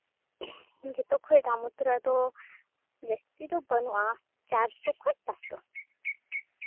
ᱡᱚᱛᱚ ᱠᱷᱚᱡ ᱫᱟᱢ ᱩᱛᱟᱹᱨᱟᱜ ᱫᱚ ᱡᱟᱹᱥᱛᱤ ᱫᱚ ᱵᱟᱹᱱᱩᱜᱼᱟ ᱪᱟᱨᱥᱚ ᱠᱷᱚᱡ ᱯᱟᱥᱥᱚ